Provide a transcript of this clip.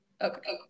Okay